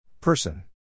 Person